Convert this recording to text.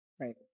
Right